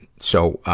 so, ah,